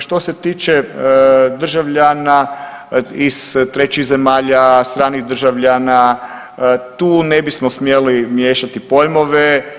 Što se tiče državljana iz trećih zemalja, stranih državljana tu ne bismo smjeli miješati pojmove.